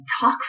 talk